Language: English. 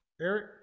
Eric